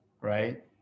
right